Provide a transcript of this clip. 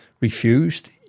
refused